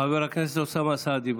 חבר הכנסת אוסאמה סעדי,